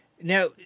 Now